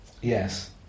Yes